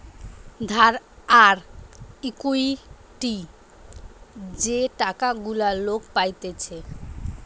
ধার আর ইকুইটি যে টাকা গুলা লোক পাইতেছে